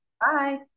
bye